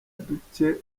dute